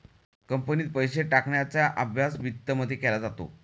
कंपनीत पैसे टाकण्याचा अभ्यास वित्तमध्ये केला जातो